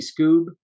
Scoob